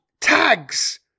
Tags